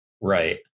Right